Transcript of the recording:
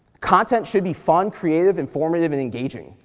content should be fun, creative, informative, and engaging.